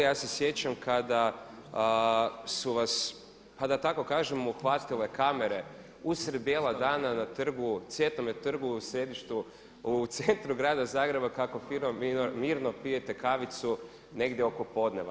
Ja se sjećam kada su vas pa da tako kažem uhvatile kamere usred bijelog dana trgu, Cvjetnome trgu u središtu, u centru Grada Zagreba kako fino mirno pijete kavicu negdje oko podneva.